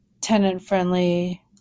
tenant-friendly